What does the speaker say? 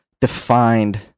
defined